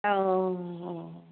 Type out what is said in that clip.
অ